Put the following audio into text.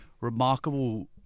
remarkable